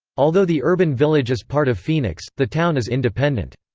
although the urban village is part of phoenix, the town is independent.